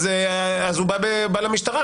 אז הוא בא למשטרה.